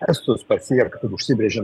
estus pasiekt užsibrėžėm